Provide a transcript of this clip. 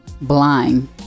blind